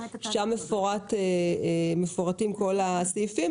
שם מפורטים כל הסעיפים.